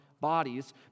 bodies